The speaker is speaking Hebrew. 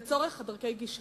זה לצורך דרכי גישה: